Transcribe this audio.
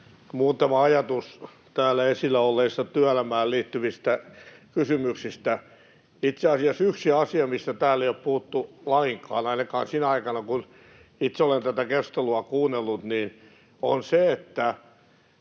Muutama ajatus täällä esillä olleista työelämään liittyvistä kysymyksistä. Itse asiassa yksi asia, mistä täällä ei ole puhuttu lainkaan, ainakaan sinä aikana, kun itse olen tätä keskustelua kuunnellut, on se, mikä